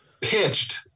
pitched